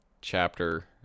chapter